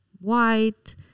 white